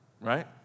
Right